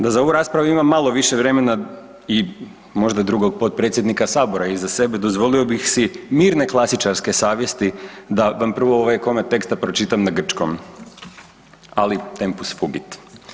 Da za ovu raspravu imam malo više vremena i možda drugog potpredsjednika Sabora iza sebe dozvolio bih si mirne klasičarske savjesti da vam prvo ovaj komad teksta pročitam na grčkom, ali tempus fugit.